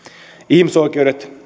ihmisoikeudet